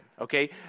okay